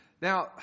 Now